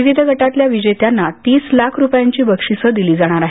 विविध गटातल्या विजेत्यांना तीस लाख रुपयांची बक्षिसं दिली जाणार आहेत